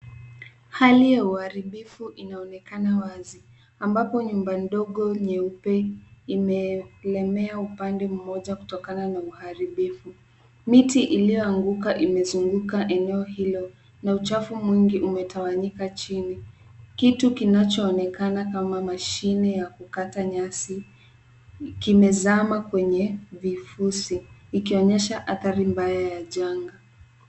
Hali ya uharibifu inaonekana wazi, ambapo nyumba ndogo nyeupe imelemea upande mmoja kutokana na uharibifu. Miti iliyoanguka imezunguka eneo hilo, na uchafu mwingi umetawanyika chini. Kitu kinachoonekana kama mashine ya kukata nyasi, kimezama kwenye vifusi. Ikionyesha athari mbaya ya janga.